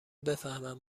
بفهمن